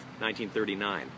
1939